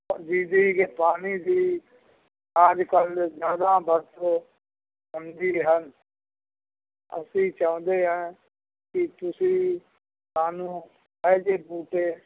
ਜਿਹਦੀ ਕਿ ਪਾਣੀ ਦੀ ਅੱਜ ਕੱਲ੍ਹ ਜ਼ਿਆਦਾ ਵਰਤੋਂ ਹੁੰਦੀ ਹਨ ਅਸੀਂ ਚਾਹੁੰਦੇ ਹਾਂ ਕੇ ਤੁਸੀਂ ਸਾਨੂੰ ਇਹੋ ਜਿਹੇ ਬੂਟੇ